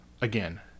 again